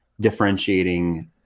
differentiating